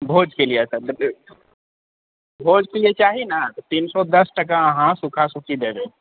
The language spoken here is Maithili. भोजके लिए तखन तऽ भोजके लिए चाही ने तीन सए दश टका अहाँ सुखा सुखी दऽ देब